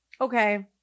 Okay